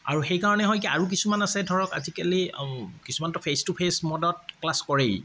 আৰু সেইকাৰণে হয় কি আৰু কিছুমান আছে ধৰক আজিকালি কিছুমানটো ফেচ টু ফেচ মুডত ক্লাছ কৰেই